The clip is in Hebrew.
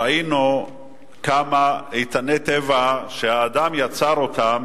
ראינו כמה איתני הטבע, דברים שהאדם יצר אותם